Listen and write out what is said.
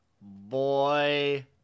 Boy